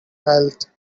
health